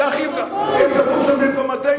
זה הכי, איך כתוב שם במקורותינו?